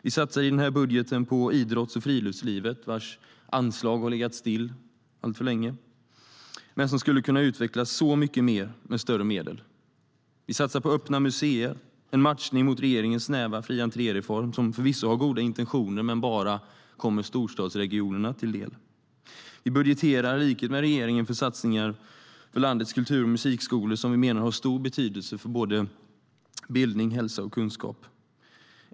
Vi satsar i den här budgeten på idrotts och friluftslivet, vars anslag alltför länge har legat still men som skulle kunna utvecklas så mycket mer med större medel. Vi satsar på öppna museer, en matchning mot regeringens snäva fri-entré-reform som förvisso har goda intentioner men som bara kommer storstadsregionerna till del. Vi budgeterar, i likhet med regeringen, för satsningar på landets kultur och musikskolor som vi menar har stor betydelse för barns bildning, hälsa och kunskap.